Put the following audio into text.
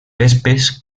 vespes